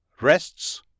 rests